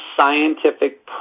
scientific